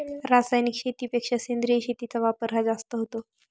रासायनिक शेतीपेक्षा सेंद्रिय शेतीचा वापर हा जास्त होतो